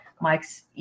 Mike's